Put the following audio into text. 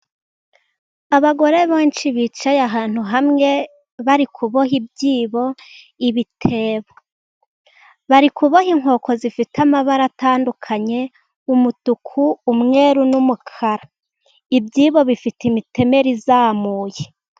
Abagore benshi bicaye ahantu hamwe; bari kuboha ibyibo, ibitebo. Barikuboha inkoko zifite amabara atandukanye; umutuku, umweru n'umukara. Ibyibo bifite imitemeri izamuye.